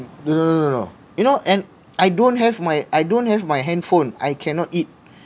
no no no no no you know and I don't have my I don't have my handphone I cannot eat